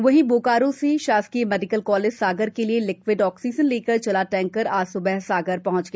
वहीं बोकारो से शासकीय मेडिकल कालेज साग़र के लिए लिक्विड आक्सीजन लेकर चला टेंकर आज सुबह सागर पहुच गया